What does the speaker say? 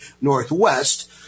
Northwest